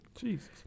Jesus